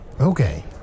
Okay